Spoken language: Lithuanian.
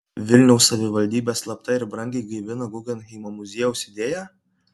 vilniaus savivaldybė slapta ir brangiai gaivina guggenheimo muziejaus idėją